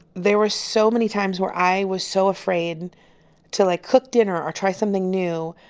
there were so many times where i was so afraid to, like, cook dinner or try something new.